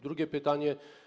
Drugie pytanie.